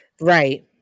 right